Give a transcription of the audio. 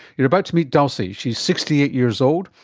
you're about to meet dulcie. she is sixty eight years old,